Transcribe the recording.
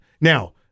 Now